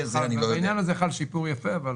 בעניין הזה חל שיפור יפה.